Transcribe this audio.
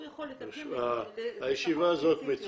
הוא יכול לתרגם לשפות ספציפיות.